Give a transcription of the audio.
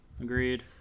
Agreed